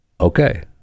Okay